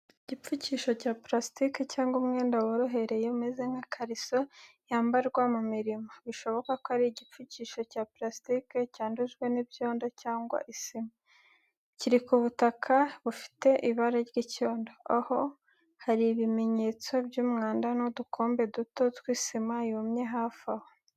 Igipfukisho cya parasitike cyangwa umwenda worohereye umeze nk’ikariso yambarwa mu mirimo, bishoboka ko ari igipfukisho cya purasitike cyandujwe n'ibyondo cyangwa isima. Kiri ku butaka bufite ibara ry'icyondo, aho hari ibimenyetso by’umwanda n’udukombe duto tw’isima yumye hafi aho.